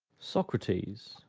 socrates,